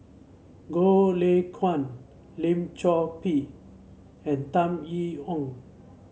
Goh Lay Kuan Lim Chor Pee and Tan Yee Hong